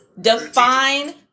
define